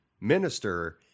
minister